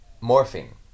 morphine